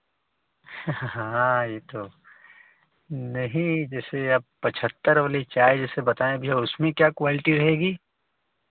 हाँ यह तो नहीं जैसे आप पचहत्तर वाली चाय जैसे बताएँ भैया उसमें क्या क्वालिटी रहेगी